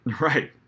Right